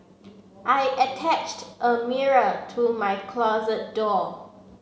I attached a mirror to my closet door